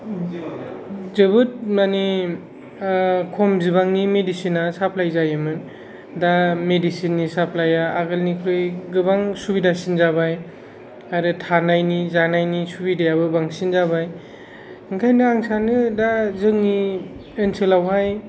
जोबोद माने खम बिबांनि मेडिसिन आ साप्लाय जायोमोन दा मेडिसिन नि साप्लाय आ आगोलनिख्रुइ गोबां सुबिदासिन जाबाय आरो थानायनि जानायनि सुबिदायाबो बांसिन जाबाय बेनिखायनो आं सानो दा जोंनि ओनसोलावहाय